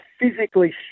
physically